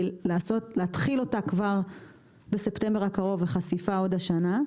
להתחיל אותה כבר בספטמבר הקרוב וחשיפה עוד השנה.